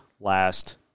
last